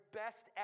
best